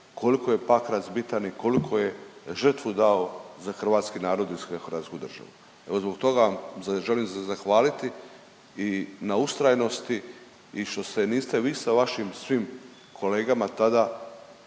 koliko je Pakrac bitan i koliku je žrtvu dao za hrvatski narod i hrvatsku državu. Evo zbog toga želim se zahvaliti i na ustrajnosti i što se niste vi sa vašim svim kolegama tada